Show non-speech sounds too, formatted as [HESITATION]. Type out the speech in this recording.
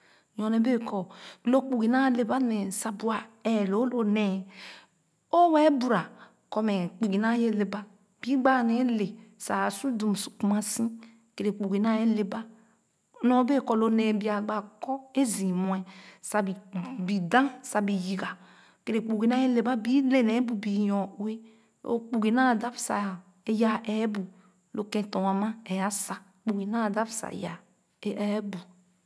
Nyɔne bee kɔɔ lo kpugi naa le ba nee sa bua ɛɛ loo lo nee [HESITATION] o wɛɛ bura kɔ mɛ kpugi naa ye le ba bii gbaa ne le a su dum su kuma si keerɛ kpugi naa ye le ba nyo bee kɔ lo nee bia kɔ zii mue sa bo da bi yiga kpugi naa yɛ le ba bii le nee bu bii nyɔ-ue o kpugi naa dap sa ee yaa ɛɛbu lo kèn tɔn ɛɛ a sa kpugi nas dap sa yaa se ɛɛbu.